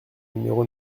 numéro